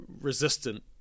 resistant